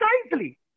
precisely